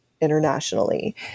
internationally